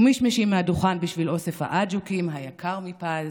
ומשמשים מהדוכן בשביל אוסף העג'וקים היקר מפז,